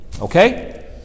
Okay